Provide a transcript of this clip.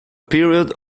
period